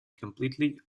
completely